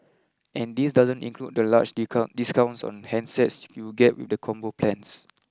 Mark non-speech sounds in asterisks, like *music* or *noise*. and this doesn't include the large *unintelligible* discounts on handsets you get with the Combo plans